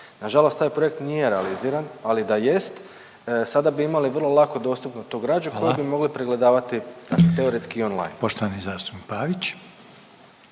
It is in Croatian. Nažalost, taj projekt nije realiziran, ali da jest sada bi imali vrlo lako dostupnu…/Upadica Reiner: Hvala./…tu građu koju bi mogli pregledavati teoretski online.